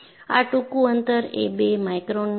આ ટૂંકું અંતર એ બે માઇક્રોનનું છે